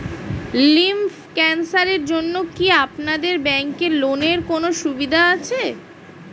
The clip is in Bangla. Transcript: লিম্ফ ক্যানসারের জন্য কি আপনাদের ব্যঙ্কে লোনের কোনও সুবিধা আছে?